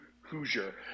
Hoosier